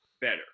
better